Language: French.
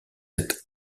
êtes